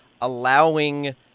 allowing